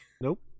Nope